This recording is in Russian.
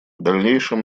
дальнейшем